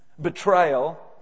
betrayal